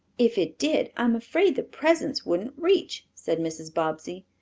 if it did i'm afraid the presents wouldn't reach, said mrs. bobbsey,